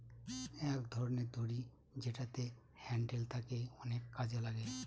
এক ধরনের দড়ি যেটাতে হ্যান্ডেল থাকে অনেক কাজে লাগে